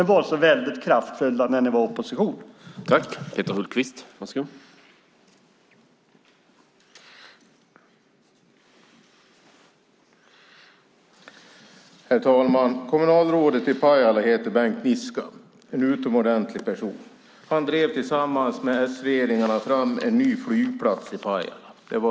Ni var ju så kraftfulla i oppositionsställning.